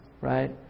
right